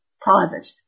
private